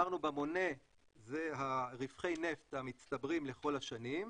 אמרנו במונה זה רווחי הנפט המצטברים לכל השנים,